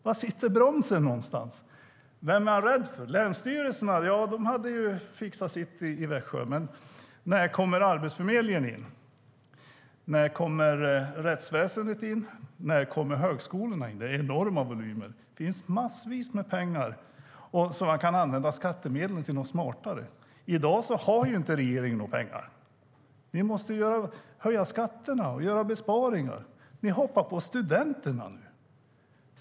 Var sitter bromsen någonstans? Vem är han rädd för? Länsstyrelserna hade fixat sitt i Växjö. Men när kommer Arbetsförmedlingen in, när kommer rättsväsendet in, och när kommer högskolorna in? Det är enorma volymer. Det finns massvis med pengar från skattemedlen som man kan använda till något smartare. I dag har inte regeringen några pengar. Vi måste höja skatterna och göra besparingar. Ni hoppar nu på studenterna.